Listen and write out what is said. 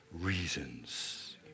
reasons